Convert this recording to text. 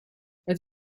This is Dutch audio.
het